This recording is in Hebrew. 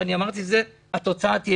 אני לא הולך לצרף את דוד המלך לוועדה.